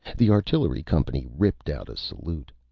the artillery company ripped out a salute.